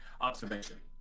observation